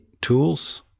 tools